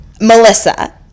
melissa